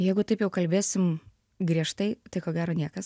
jeigu taip jau kalbėsim griežtai tai ko gero niekas